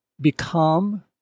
become